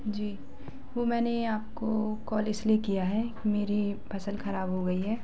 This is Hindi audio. जी वह मैंने आपको कॉल इसलिए किया है कि मेरी फसल खराब हो गई है